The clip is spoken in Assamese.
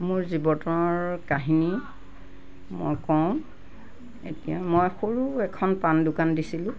মোৰ জীৱনৰ কাহিনী মই কও এতিয়া মই সৰু এখন পাণ দোকান দিছিলোঁ